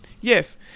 Yes